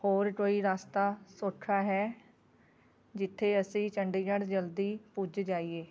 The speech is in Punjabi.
ਹੋਰ ਕੋਈ ਰਸਤਾ ਸੌਖਾ ਹੈ ਜਿੱਥੇ ਅਸੀਂ ਚੰਡੀਗੜ੍ਹ ਜਲਦੀ ਪੁੱਜ ਜਾਈਏ